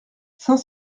saint